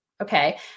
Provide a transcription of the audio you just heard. Okay